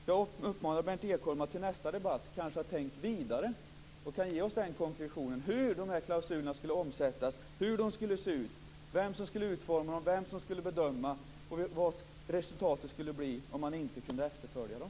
Jag uppmanar Berndt Ekholm att tänka vidare till nästa debatt, så att han kan ge oss den konkretitionen och berätta hur klausulerna skulle omsättas i praktiken, hur de skulle se ut, vem som skulle utforma dem, vem som skulle göra bedömningarna och vad resultatet skulle bli om man inte kunde efterfölja dem.